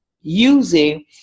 using